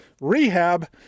rehab